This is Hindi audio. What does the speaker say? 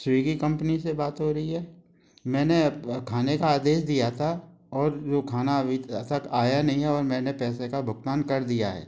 स्विगी कम्पनी से बात हो रही है मैंने अप खाने का आदेश दिया था और जो खाना अभी तक आया नहीं है और मैंने पैसे का भुगतान कर दिया है